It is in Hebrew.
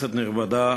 כנסת נכבדה,